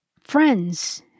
friends